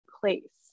place